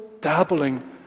dabbling